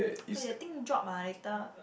eh the thing drop ah later